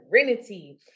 serenity